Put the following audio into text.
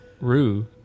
Rue